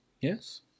Yes